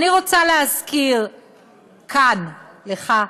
אני רוצה להזכיר כאן, לך,